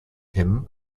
him